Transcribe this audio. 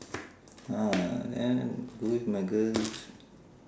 ah then go with my girl